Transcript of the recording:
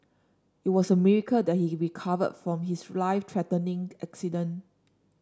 it was a miracle that he recovered from his life threatening accident